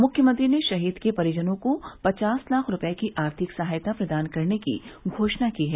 मुख्यमंत्री ने शहीद के परिजनों को पचास लाख रुपए की आर्थिक सहायता प्रदान करने की घोषणा की है